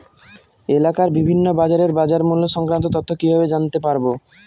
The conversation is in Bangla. এলাকার বিভিন্ন বাজারের বাজারমূল্য সংক্রান্ত তথ্য কিভাবে জানতে পারব?